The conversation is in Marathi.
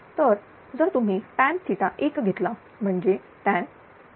तर जर तुम्ही tan1 घेतला म्हणजे tan 49